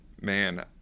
man